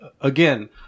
again